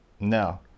No